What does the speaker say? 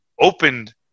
opened